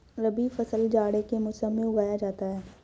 रबी फसल जाड़े के मौसम में उगाया जाता है